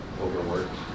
overworked